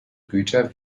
güter